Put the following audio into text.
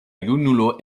junulo